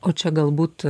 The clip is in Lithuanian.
o čia galbūt